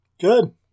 Good